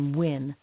win